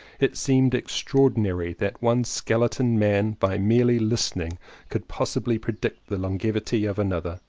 it seemed extraordinary that one skeleton man by merely listening could possibly predict the longevity of another.